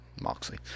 Moxley